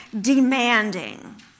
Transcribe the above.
demanding